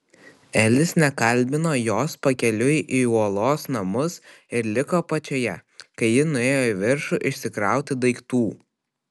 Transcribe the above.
elis nekalbino jos pakeliui į uolos namus ir liko apačioje kai ji nuėjo į viršų išsikrauti daiktų